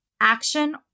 action